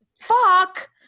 fuck